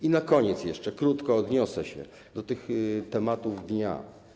I na koniec jeszcze krótko odniosę się do tych tematów dnia.